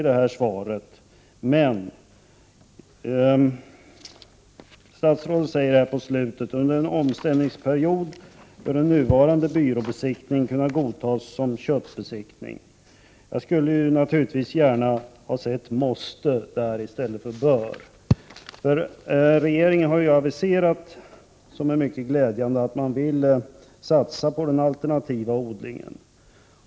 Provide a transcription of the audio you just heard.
Men i slutet av svaret säger statsrådet: ”Under en omställningsperiod bör den nuvarande byråbesiktningen kunna godtas som köttbesiktning.” Jag skulle naturligtvis gärna se att det stod ”måste” i stället för ”bör”. Regeringen har ju aviserat, och det är mycket glädjande, att man vill satsa på den alternativa odlingen.